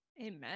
Amen